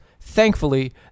Thankfully